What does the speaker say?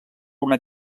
una